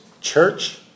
church